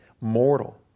mortal